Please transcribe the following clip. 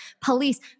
Police